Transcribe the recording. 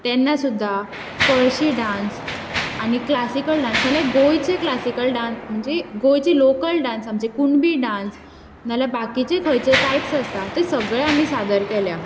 तेन्ना सुद्दां कळशी डान्स आनी क्लासीकल डान्स जाल्यार गोंयचे क्लासिकल डान्स म्हणजे गोंयचे लोकल डान्स आमचे कुणबी डान्स नाल्यार बाकीचे खंयचे टायप्स आसता ते सगळें आमी सादर केल्या